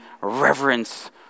reverence